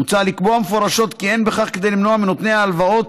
מוצע לקבוע מפורשות כי אין בכך כדי למנוע מנותני ההלוואות